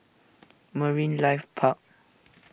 Marine Life Park